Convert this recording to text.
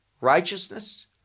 Righteousness